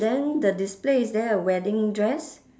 then the display is there a wedding dress